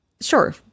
sure